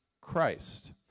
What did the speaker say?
Christ